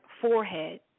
forehead